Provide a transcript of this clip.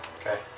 Okay